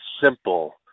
simple